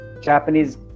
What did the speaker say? Japanese